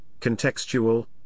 contextual